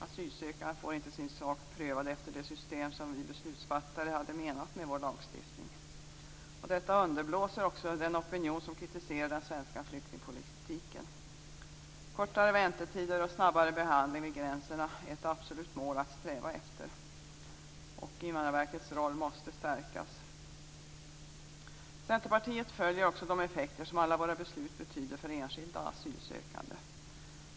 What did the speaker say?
Asylsökande får inte sin sak prövad efter det system som vi beslutsfattare hade som avsikt med vår lagstiftning. Detta underblåser också den opinion som kritiserar den svenska flyktingpolitiken. Kortare väntetider och snabbare behandling vid gränserna är ett absolut mål att sträva efter. Invandrarverkets roll måste stärkas. Centerpartiet följer de effekter som alla våra beslut betyder för enskilda asylsökande.